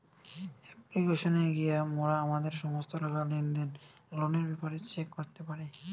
অ্যাপ্লিকেশানে গিয়া মোরা আমাদের সমস্ত টাকা, লেনদেন, লোনের ব্যাপারে চেক করতে পারি